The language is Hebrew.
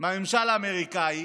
מהממשל האמריקאי,